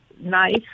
knife